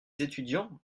étudiants